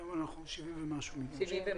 היום אנחנו על 70 ומשהו מיליון.